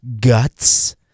guts